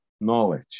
knowledge